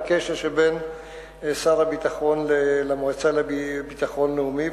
בקשר שבין שר הביטחון למועצה לביטחון לאומי,